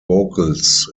vocals